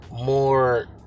more